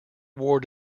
war